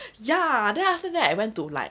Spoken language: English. ya then after that I went to like